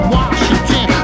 Washington